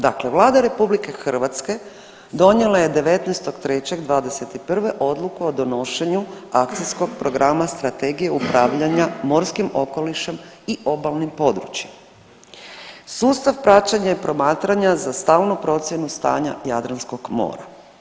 Dakle, Vlada RH donijela je 19.3.'21. odluku o donošenju akcijskog programa Strategije upravljanja morskim okolišem i obalnim područjem sustav praćenja i promatranja za stalnu procjenu stanja Jadranskog mora.